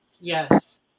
Yes